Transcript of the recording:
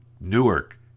Newark